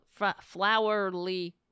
flowerly